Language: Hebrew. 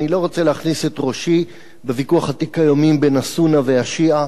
אני לא רוצה להכניס את ראשי בוויכוח עתיק היומין בין הסונה והשיעה,